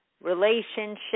relationship